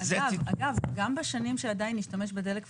אגב, גם בשנים שעדיין נשתמש בדלק פוסילי,